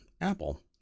Apple